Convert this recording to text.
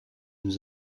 nous